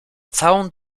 całą